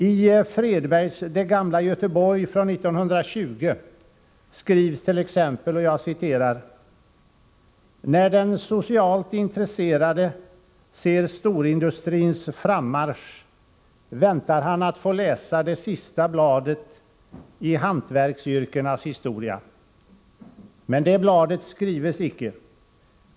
I Fredbergs ”Det gamla Göteborg” från 1920 skrivs t.ex.: ”När den socialt intresserade ser storindustrins frammarsch väntar han att få läsa det sista bladet i hantverksyrkenas historia. Men det bladet skrives icke.